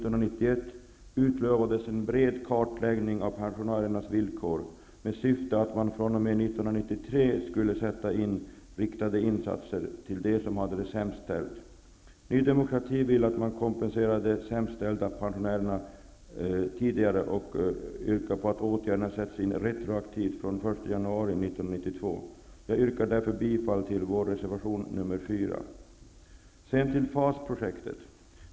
utlovades en bred kartläggning av pensionärernas villkor, med syftet att man 1993 skulle göra riktade insatser för dem som har det sämst ställt. Ny demokrati vill att man kompenserar de sämst ställda pensionärerna retroaktivt redan från den 1 januari 1992. Jag yrkar därför bifall till vår reservation 4. Så till FAS 90-projektet.